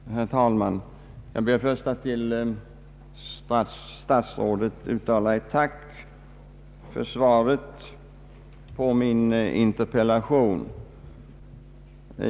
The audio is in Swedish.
Herr talman! Jag ber att först till statsrådet uttala ett tack för svaret på min interpellation.